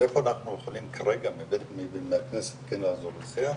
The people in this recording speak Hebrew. ואיפה אנחנו יכולים כרגע בכנסת כן לעזור לסייע?